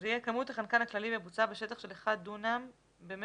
זה יהיה: כמות החנקן הכללי בבוצה בשטח של 1 דונם של